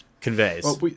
conveys